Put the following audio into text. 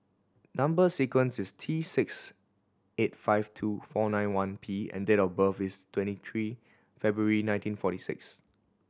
number sequence is T six eight five two four nine one P and date of birth is twenty three February nineteen forty six